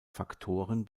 faktoren